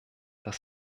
das